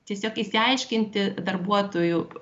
tiesiog išsiaiškinti darbuotojų